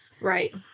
Right